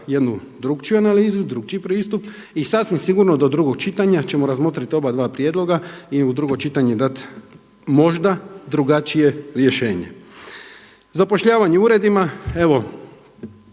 jednu drukčiju analizu drukčiji pristup i sasvim sigurno do drugog čitanja ćemo razmotriti obadva prijedloga i u drugo čitanje dati možda drugačije rješenje. Zapošljavanje u uredima, evo